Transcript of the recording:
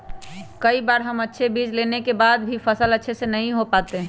कई बार हम अच्छे बीज लेने के बाद भी फसल अच्छे से नहीं हो पाते हैं?